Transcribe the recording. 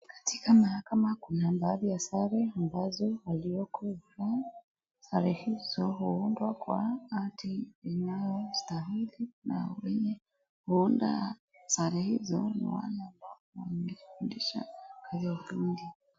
Katika mahakama kuna baadhi ya sare ambazo walioko hufaa. Sare hizo huundwa kwa ati inayostahili na wenye kuunda sare hizo ni wale ambao wamefundishwa kazi ya ufundi.